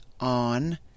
on